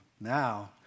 Now